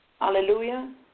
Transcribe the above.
Hallelujah